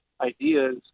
ideas